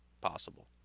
possible